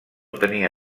tenia